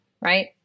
right